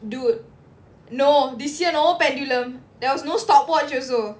dude no this year no pendulum there was no stopwatch also